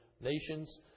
nations